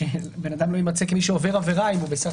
שבן אדם לא יימצא כמי שעובר עבירה אם הוא בסך